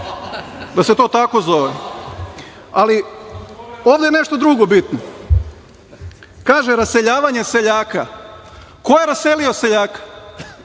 da se to tako zove. Ovde je nešto drugo bitno. Kaže – raseljavanje seljaka. Ko je raselio seljaka?